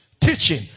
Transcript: teaching